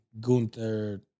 Gunther